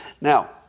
Now